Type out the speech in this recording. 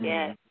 Yes